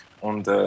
und